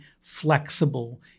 flexible